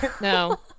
No